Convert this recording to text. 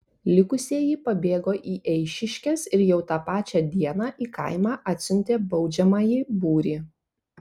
likusieji pabėgo į eišiškes ir jau tą pačią dieną į kaimą atsiuntė baudžiamąjį būrį